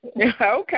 Okay